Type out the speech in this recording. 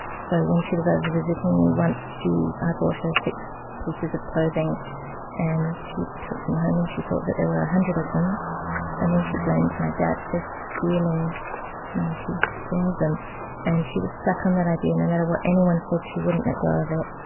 so when she was over visiting me once she brought her six pieces of clothing and she took them home and she thought that there were a hundred of them and then she blamed my dad for stealing ninety four of them and she was stuck on that idea. no matter what anyone said, she wouldn't let go of it.